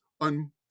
on